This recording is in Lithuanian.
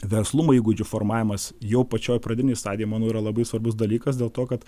verslumo įgūdžių formavimas jau pačioj pradinėj stadijoj manau yra labai svarbus dalykas dėl to kad